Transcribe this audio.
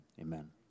amen